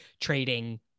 trading